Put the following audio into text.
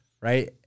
right